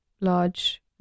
large